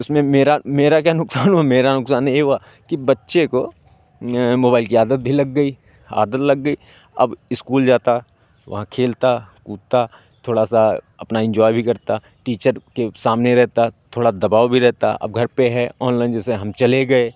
उसमें मेरा मेरा क्या नुकसान हुआ मेरा नुकसान ये हुआ कि बच्चे को मोबाइल की आदत भी लग गई आदत लग गई अब इस्कूल जाता वहाँ खेलता कूदता थोड़ा सा अपना एन्जॉय भी करता टीचर के सामने रहता थोड़ा दबाव भी रहता अब घर पे है ऑनलाइन जैसे हम चले गए